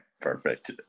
perfect